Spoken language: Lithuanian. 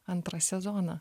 antrą sezoną